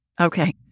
Okay